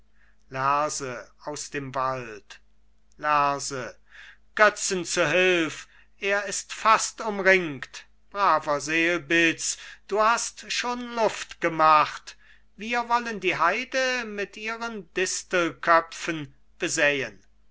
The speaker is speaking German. götzen zu hülf er ist fast umringt braver selbitz du hast schon luft gemacht wir wollen die heide mit ihren distelköpfen besäen